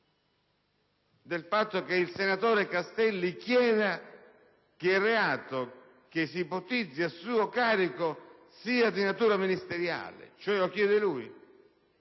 Del fatto che il senatore Castelli chieda che il reato che si ipotizza a suo carico sia di natura ministeriale? Lo chiede lui?